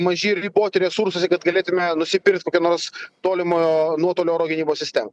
maži ir riboti resursuose kad galėtume nusipirkt kokią nors tolimojo nuotolio oro gynybos sistemą